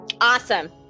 Awesome